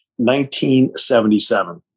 1977